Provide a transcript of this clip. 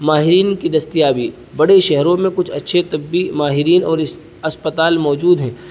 ماہرین کی دستیابی بڑے شہروں میں کچھ اچھے طبی ماہرین اور اسپتال موجود ہیں